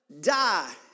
Die